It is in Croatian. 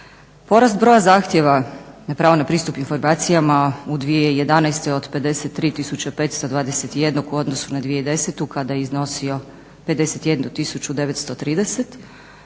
Porast broja zahtjeva na pravo na pristup informacijama u 2011. od 53521 u odnosu na 2010. kada je iznosio 51930